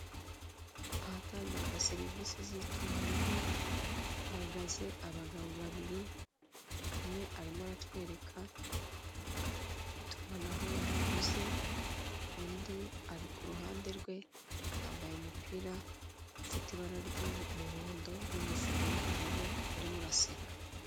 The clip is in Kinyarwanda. Ahatangirwa serivise z'itumanaho hahagaze abagabo babiri umwe arimo aratwereka itumanaho yahaguze, undi ari ku ruhande rwe yambaye umupira ufite ibara ry'umuhondo n'ingofero y'ubururu urimo uraseka.